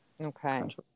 Okay